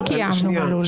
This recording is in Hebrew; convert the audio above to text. לא קיימנו, מלול.